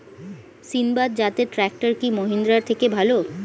সিণবাদ জাতের ট্রাকটার কি মহিন্দ্রার থেকে ভালো?